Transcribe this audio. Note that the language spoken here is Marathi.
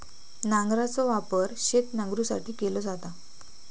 नांगराचो वापर शेत नांगरुसाठी केलो जाता